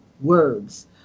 words